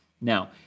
Now